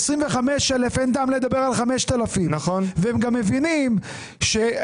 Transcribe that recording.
ב-25,000 אין טעם לדבר על 5,000. הם גם מבינים ש-25,000,